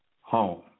home